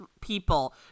people